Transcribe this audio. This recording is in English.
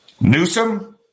Newsom